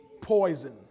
poison